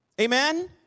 Amen